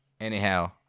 Anyhow